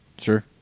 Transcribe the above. sure